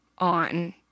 on